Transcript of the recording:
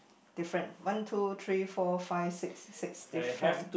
different one two three four five six six different